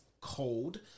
cold